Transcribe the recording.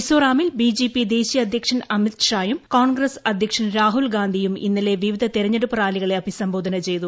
മിസോറാമിൽ BJP ദേശീയ അധ്യക്ഷൻ അമിത് ഷായും കോൺഗ്രസ് അധ്യക്ഷൻ രാഹുൽ ഗാന്ധിയും ഇന്നലെ വിവിധ തെരഞ്ഞെടുപ്പ് റാലികളെ അഭിസംബോധന ചെയ്തു